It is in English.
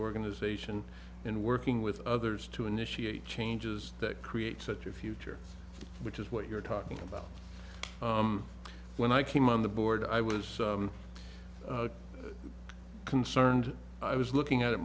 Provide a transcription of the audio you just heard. organization and working with others to initiate changes that create such a future which is what you're talking about when i came on the board i was concerned i was looking at it